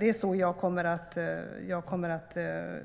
Det är så jag kommer att